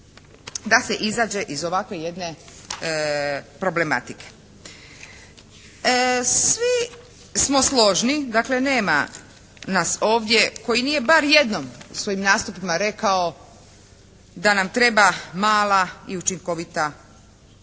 da se izađe iz ovako jedne problematike. Svi smo složni, dakle nema nas ovdje koji nije bar jednom u svojim nastupima rekao da nam treba mala i učinkovita državna